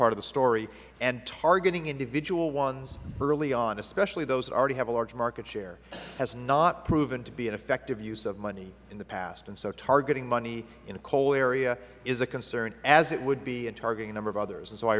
part of the story and targeting individual ones early on especially those already have a large market share has not proven to be an effective use of money in the past and so targeting money in the coal area is a concern as it would be in targeting a number of others